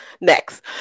next